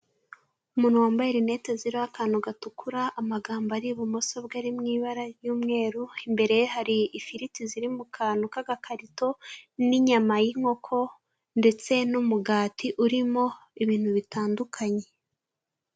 Umuntu wambaye rinete ziriho akantu gatukura, amagambo ari ibumoso bwe ari mu ibara ry'umweru, imbere ye hari ifiriti ziri mu kantu k'akarito n'inyama y'inkoko ndetse n'umugati urimo ibintu bitandukanye.